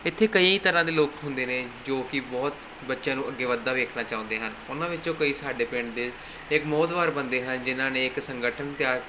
ਇੱਥੇ ਕਈ ਤਰ੍ਹਾਂ ਦੇ ਲੋਕ ਹੁੰਦੇ ਨੇ ਜੋ ਕਿ ਬਹੁਤ ਬੱਚਿਆਂ ਨੂੰ ਅੱਗੇ ਵੱਧਦਾ ਵੇਖਣਾ ਚਾਹੁੰਦੇ ਹਨ ਉਹਨਾਂ ਵਿੱਚੋਂ ਕਈ ਸਾਡੇ ਪਿੰਡ ਦੇ ਇੱਕ ਮੋਹਦਵਾਰ ਬੰਦੇ ਹਨ ਜਿਹਨਾਂ ਨੇ ਇੱਕ ਸੰਗਠਨ ਤਿਆਰ